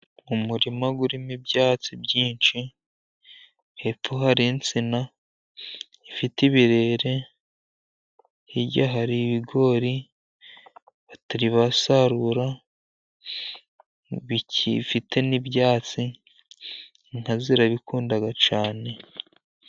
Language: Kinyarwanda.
Umurima urimo ibyatsi byinshi, hepfo hari insina ifite ibirere, hirya hari ibigori batari basarura bikifite n'ibyatsi, inka zirabikunda cyane.